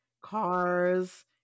cars